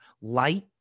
Light